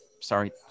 Sorry